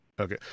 okay